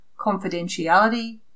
Confidentiality